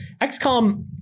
XCOM